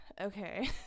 okay